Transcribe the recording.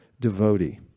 devotee